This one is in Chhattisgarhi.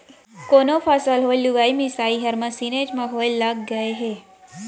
कोनो फसल होय लुवई मिसई हर मसीनेच म होय लग गय हे